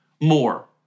more